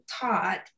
taught